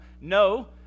No